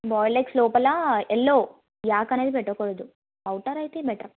boiled eggs లోపల yellow yolk అనేది పెట్టకూడదు అవుటర్ అయితే బెటర్